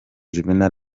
juvénal